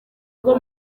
rwo